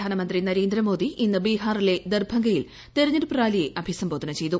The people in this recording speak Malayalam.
പ്രധാനമന്ത്രി നരേന്ദ്രമോദി ഇന്ന് ബീഹാറിലെ ദർഭംഗയിൽ തെരഞ്ഞെടുപ്പ് റാലിയെ അഭിസംബോധന ചെയ്തു